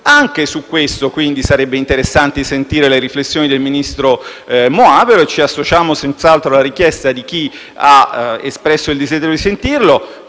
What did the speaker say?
Anche su questo punto sarebbe interessante sentire le riflessioni del ministro Moavero e ci associamo senz'altro alla richiesta di chi ha espresso il desiderio di sentirlo,